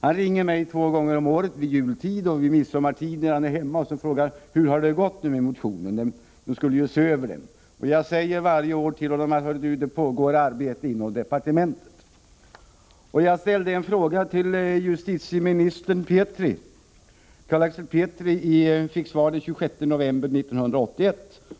Han ringer mig två gånger om året — vid jultid och midsommartid, då han är hemma i Sverige — och frågar hur det har gått med motionen, för man skulle ju se över lagbestämmelserna. Jag säger varje år till honom: Det pågår arbete inom departementet. Jag ställde en fråga till dåvarande justitieministern Carl Axel Petri och fick svar den 26 november 1981.